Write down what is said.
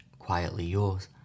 quietlyyours